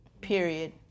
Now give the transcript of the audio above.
Period